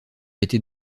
été